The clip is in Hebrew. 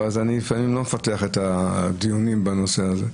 אז לפעמים אני לא מפתח את הדיונים בנושא הזה.